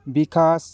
ବିକାଶ